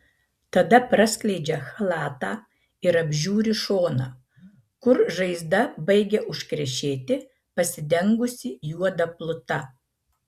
tada praskleidžia chalatą ir apžiūri šoną kur žaizda baigia užkrešėti pasidengusi juoda pluta